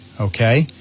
okay